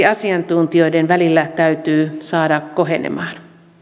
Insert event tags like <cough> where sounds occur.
<unintelligible> asiantuntijoiden välillä täytyy saada kohenemaan